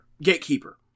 Gatekeeper